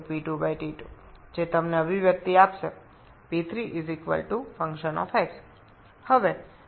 সুতরাং আমরা জানি P3T3P2T2 যেটা আপনাকে একটি সূত্র দিতে চলেছে P3 f এখন এই P3 টি আণবিক বিস্তারের বিষয়টি বিবেচনা করে না